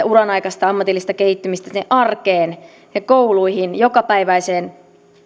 uran aikaista ammatillista kehittymistä sinne arkeen ja kouluihin jokapäiväiseen